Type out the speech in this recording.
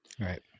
Right